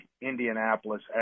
Indianapolis